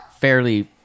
fairly